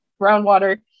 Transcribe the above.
groundwater